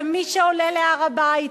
ומי שעולה על הר-הבית,